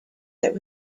that